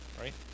Right